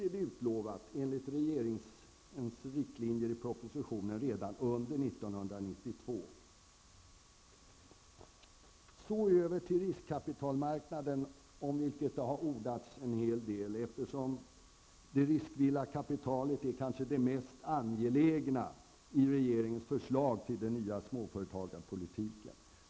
Det är utlovat i regeringens riktlinjer i propositionen att den kommer redan under 1992. Så över till riskkapitalmarknaden om vilken det har ordats en hel del. Försörjningen med riskvilligt kapital är kanske det mest angelägna i regeringens förslag till ny småföretagarpolitik.